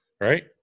right